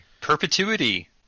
Perpetuity